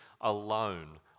alone